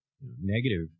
negative